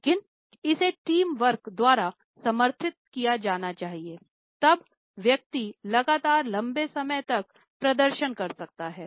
लेकिन इसे teamwork द्वारा समर्थित किया जाना चाहिए तब व्यक्ति लगातार लंबे समय तक प्रदर्शन कर सकता है